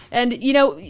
and you know,